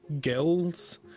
gills